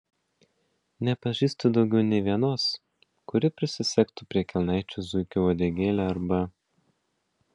nepažįstu daugiau nė vienos kuri prisisegtų prie kelnaičių zuikio uodegėlę arba